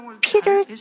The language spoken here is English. Peter